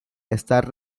star